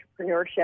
entrepreneurship